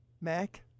Mac